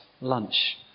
lunch